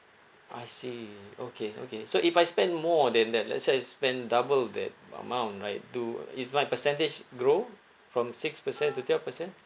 I see okay okay so if I spend more than that let's say I spend double that amount right do is my percentage grow from six percent to twelve percent